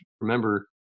remember